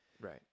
Right